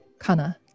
kana